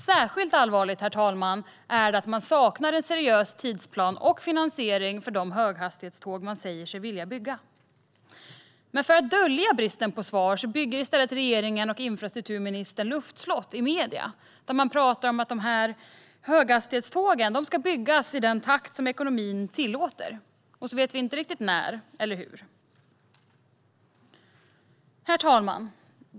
Särskilt allvarligt, herr talman, är det att man saknar en seriös tidsplan och finansiering för de höghastighetståg man säger sig vilja bygga. För att dölja bristen på svar bygger regeringen och infrastrukturminister Anna Johansson luftslott i medierna. Man talar om att höghastighetstågen ska byggas i den takt som ekonomin tillåter. Vi vet inte riktigt när eller hur. Herr talman!